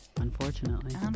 Unfortunately